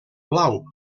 blau